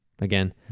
again